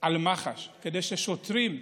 על מח"ש, כדי ששוטרים,